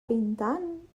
pintant